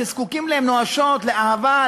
שזקוקים נואשות לאהבה,